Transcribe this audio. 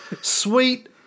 sweet